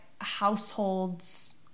households